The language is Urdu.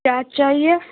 پیاز چاہیے